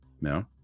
No